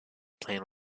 plan